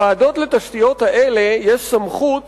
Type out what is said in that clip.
לוועדות לתשתיות האלה יש סמכות